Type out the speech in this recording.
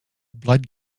blood